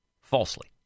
falsely